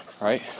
right